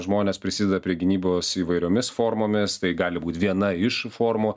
žmonės prisideda prie gynybos įvairiomis formomis tai gali būt viena iš formų